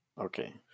Okay